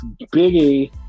Biggie